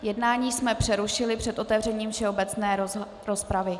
Jednání jsme přerušili před otevřením všeobecné rozpravy.